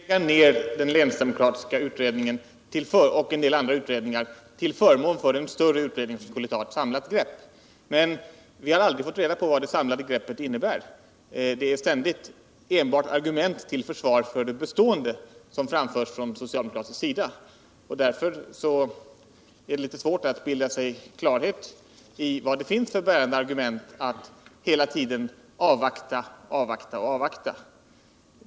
Herr talman! Den socialdemokratiska planen gick ut på att man skulle lägga ned den länsdemokratiska utredningen och en del andra utredningar till förmån för den stora utredning som skulle ta ett ”samlat grepp”. Men vi har aldrig fått reda på vad det samlade greppet skulle innebära, utan det är ständigt enbart argument till försvar för det bestående som har framförts från socialdemokratisk sida. Därför är det litet svårt att bilda sig en klar föreställning om vad det finns för bärande argument för att hela tiden bara avvakta, avvakta och avvakta.